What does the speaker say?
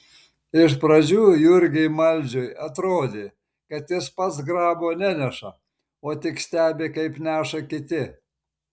iš pradžių jurgiui maldžiui atrodė kad jis pats grabo neneša o tik stebi kaip neša kiti